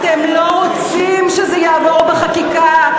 אתם לא רוצים שזה יעבור בחקיקה,